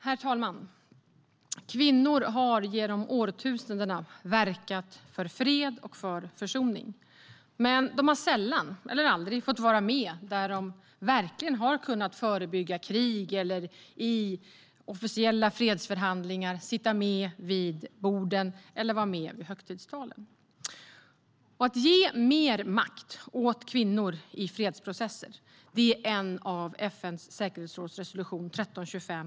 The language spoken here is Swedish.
Herr talman! Kvinnor har genom årtusendena verkat för fred och försoning. Men de har sällan eller aldrig fått vara med där de verkligen har kunnat förebygga krig i officiella fredsförhandlingar, fått sitta med vid borden eller vara med vid högtidstalen. Att ge mer makt åt kvinnor i fredsprocesser är ett av de viktigaste målen för FN:s säkerhetsresolution 1325.